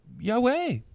Yahweh